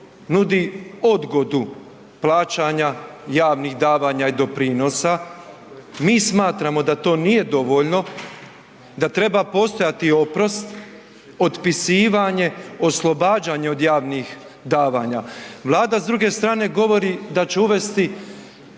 nudi odgodu plaćanja javnih davanja i doprinosa, mi smatramo da to nije dovoljno, da treba postojati oprost, otpisivanje, oslobađanje od javnih davanja. Vlada s druge strane govori da će uvesti